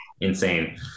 insane